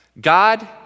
God